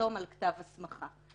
לחתום על כתב הסמכה.